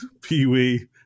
Pee-wee